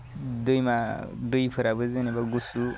दैमा दैफोराबो जेनेबा गुसु